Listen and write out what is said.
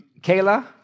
Kayla